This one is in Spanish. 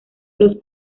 los